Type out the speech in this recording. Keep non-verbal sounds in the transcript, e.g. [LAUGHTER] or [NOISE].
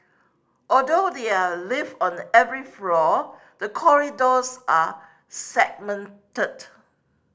although there are lift on [UNINTELLIGIBLE] every floor the corridors are segmented